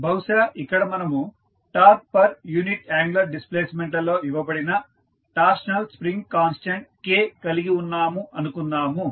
బహుశా ఇక్కడ మనము torque per unit angular displacement లలో ఇవ్వబడిన టార్షనల్ స్ప్రింగ్ కాన్స్టాంట్ K కలిగి ఉన్నాము అనుకుందాము